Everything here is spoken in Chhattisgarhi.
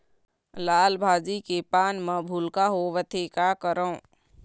लाल भाजी के पान म भूलका होवथे, का करों?